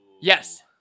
Yes